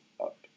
up